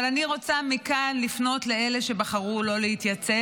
אבל אני רוצה לפנות מכאן לאלה שבחרו לא להתייצב,